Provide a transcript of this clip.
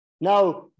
now